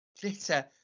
glitter